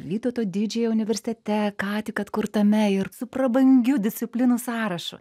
vytauto didžiojo universitete ką tik atkurtame ir su prabangiu disciplinų sąrašu